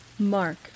mark